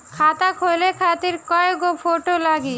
खाता खोले खातिर कय गो फोटो लागी?